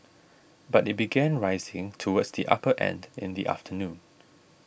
but it began rising towards the upper end in the afternoon